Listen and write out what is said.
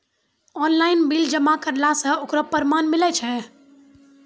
Online bill जमा करला से ओकरौ परमान मिलै छै?